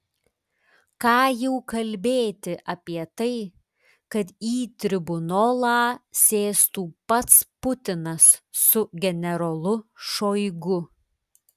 ką jau kalbėti apie tai kad į tribunolą sėstų pats putinas su generolu šoigu